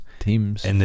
Teams